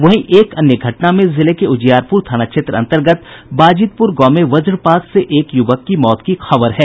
वहीं एक अन्य घटना में जिले के उजियारपुर थाना क्षेत्र अंतर्गत बाजितपुर गांव में वज्रपात से एक युवक की मौत हो गयी